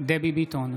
דבי ביטון,